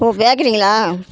ஓ பேக்கரிங்களா